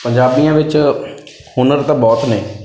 ਪੰਜਾਬੀਆਂ ਵਿੱਚ ਹੁਨਰ ਤਾਂ ਬਹੁਤ ਨੇ